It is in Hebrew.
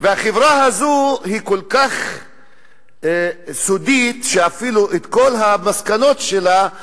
והחברה הזאת היא כל כך סודית שאת כל המסקנות שלה היא